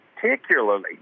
particularly